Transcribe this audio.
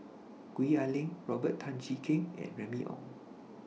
Gwee Ah Leng Robert Tan Jee Keng and Remy Ong